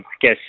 guess